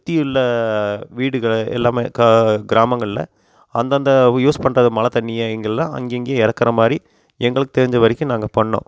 சுற்றி உள்ளே வீடுக எல்லாமே க கிராமங்களில் அந்தந்த யூஸ் பண்ணுற மழை தண்ணியை எங்கேல்லாம் அங்கே அங்கேயே இறக்குற மாதிரி எங்களுக்கு தெரிஞ்சவரைக்கும் நாங்கள் பண்ணிணோம்